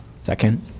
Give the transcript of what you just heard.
Second